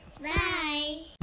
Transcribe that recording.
Bye